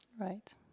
right